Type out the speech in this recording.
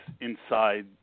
inside